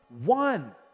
one